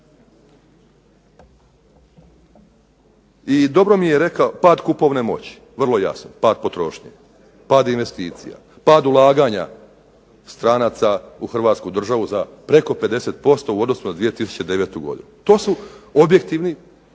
I dobro mi je rekao, pad kupovne moći, vrlo jasno pad potrošnje, pad investicija, pad ulaganja stranaca u hrvatsku državu za preko 50% u odnosu na 2009. godinu. To su objektivni